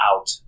out